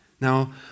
Now